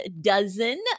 dozen